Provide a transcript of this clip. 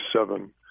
seven